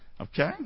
okay